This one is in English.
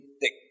thick